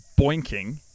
boinking